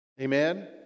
Amen